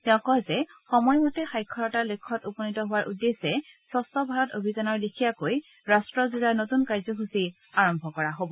তেওঁ কয় যে সময়মতে সাক্ষৰতাৰ লক্ষ্যত উপনীত হোৱাৰ উদ্দেশ্যে স্বচ্চ ভাৰত অভিযানৰ লেখিয়াকৈ ৰাট্টযোৰা নতুন কাৰ্যসূচী আৰম্ভ কৰা হ'ব